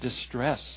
distress